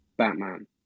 Batman